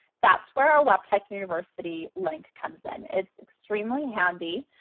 that's where our webtech university link comes in. it's extremely handy.